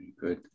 Good